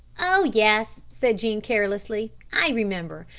oh yes, said jean carelessly, i remember.